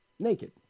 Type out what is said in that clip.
Naked